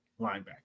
linebacker